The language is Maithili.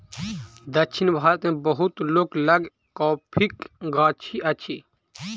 दक्षिण भारत मे बहुत लोक लग कॉफ़ीक गाछी अछि